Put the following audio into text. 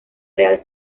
real